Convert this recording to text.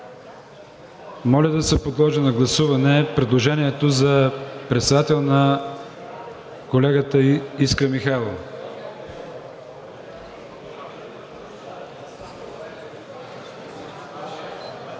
моля да се подложи на гласуване предложението за председател на колегата Искра Михайлова.